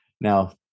Now